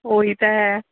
ਉਹੀ ਤਾਂ ਹੈ